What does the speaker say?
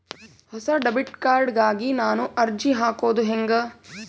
ಹೊಸ debit card ಗಾಗಿ ನಾನು ಅರ್ಜಿ ಹಾಕೊದು ಹೆಂಗ?